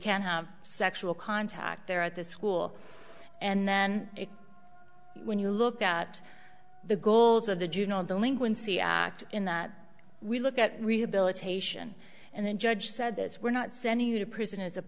can have sexual contact there at the school and then when you look at the goals of the juvenile delinquency act in that we look at rehabilitation and the judge said this we're not sending you to prison is a